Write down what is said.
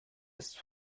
ist